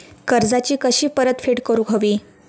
कर्जाची कशी परतफेड करूक हवी?